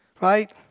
Right